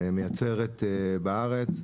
מייצרת בארץ.